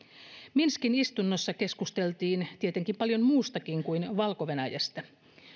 minskin istunnossa keskusteltiin tietenkin paljon muustakin kuin valko venäjästä